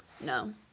No